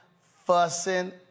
fussing